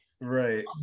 Right